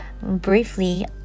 briefly